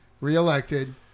reelected